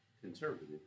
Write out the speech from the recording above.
conservative